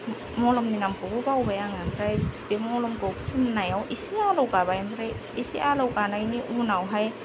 मलमनि नामखौबो बावबाय आङो ओमफ्राय बे मलमखौ फुननायाव इसे आलौगाबाय ओमफ्राय इसे आलौगानायनि उनावहाय